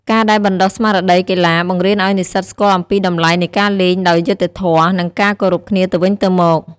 ការដែលបណ្ដុះស្មារតីកីឡា បង្រៀនអោយនិស្សិតស្គាល់អំពីតម្លៃនៃការលេងដោយយុត្តិធម៌ និងការគោរពគ្នាទៅវិញទៅមក។